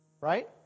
right